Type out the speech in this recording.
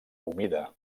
humida